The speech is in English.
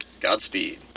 Godspeed